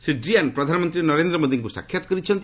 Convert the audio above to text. ଶ୍ରୀ ଡ୍ରିୟାନ୍ ପ୍ରଧାନମନ୍ତ୍ରୀ ନରେନ୍ଦ୍ର ମୋଦିଙ୍କୁ ସାକ୍ଷାତ କରିଛନ୍ତି